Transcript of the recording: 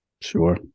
Sure